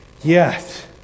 Yes